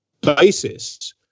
basis